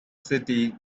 city